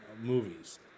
movies